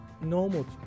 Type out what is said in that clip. normal